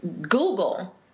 google